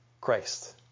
Christ